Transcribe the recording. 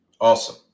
Awesome